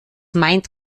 meint